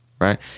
right